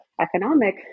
economic